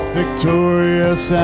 victorious